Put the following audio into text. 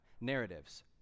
narratives